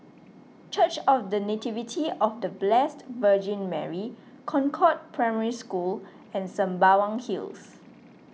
Church of the Nativity of the Blessed Virgin Mary Concord Primary School and Sembawang Hills